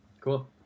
Cool